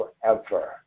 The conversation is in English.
forever